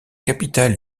capitale